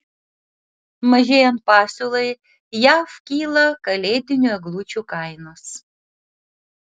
mažėjant pasiūlai jav kyla kalėdinių eglučių kainos